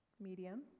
medium